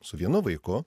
su vienu vaiku